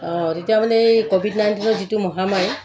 অঁ তেতিয়া মানে এই ক'ভিড নাইণ্টিনৰ যিটো মহামাৰী